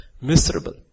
Miserable